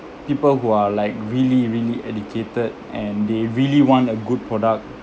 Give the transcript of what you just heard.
people who are like really really educated and they really want a good product